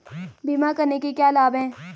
बीमा करने के क्या क्या लाभ हैं?